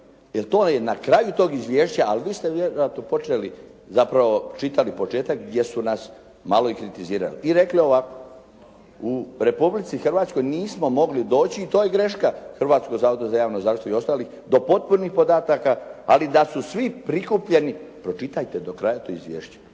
jel'. To je na kraju tog izvješća. Ali vi ste zapravo čitali početak gdje su nas malo kritizirali. I rekli ovako, u Republici Hrvatskoj nismo mogli doći i to je greška Hrvatskog zavoda za javno zdravstvo i ostalih, do potpunih podataka, ali da su svi prikupljeni, pročitajte do kraja to izvješće.